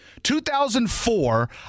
2004